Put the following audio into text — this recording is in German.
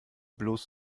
bloß